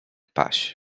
paź